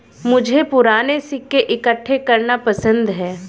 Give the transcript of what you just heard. मुझे पूराने सिक्के इकट्ठे करना पसंद है